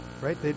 right